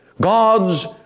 God's